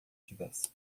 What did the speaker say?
tivesse